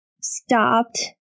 stopped